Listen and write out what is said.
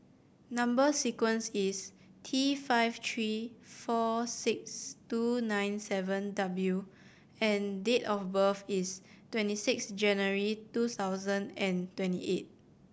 number sequence is T five three four six two nine seven W and date of birth is twenty six January two thousand and twenty eight